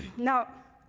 now,